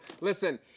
Listen